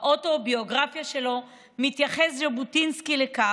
באוטוביוגרפיה שלו מתייחס ז'בוטינסקי לכך: